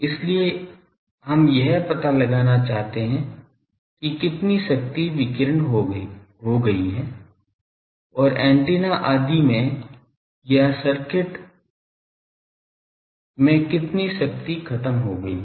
इसलिए हम यह पता लगाना चाहते हैं कि कितनी शक्ति विकीर्ण हो गई है और एंटीना आदि में या सर्किट में कितनी शक्ति ख़त्म गई है